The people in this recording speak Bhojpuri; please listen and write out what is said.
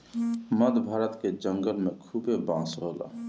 मध्य भारत के जंगल में खूबे बांस होला